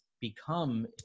become